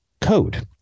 Code